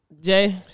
Jay